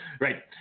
Right